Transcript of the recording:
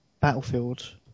Battlefield